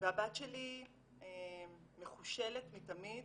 והבת שלי מחושלת מתמיד,